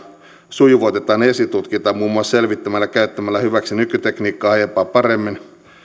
sujuvoitetaan esitutkintaa muun muassa selvittämällä ja käyttämällä hyväksi nykytekniikkaa aiempaa paremmin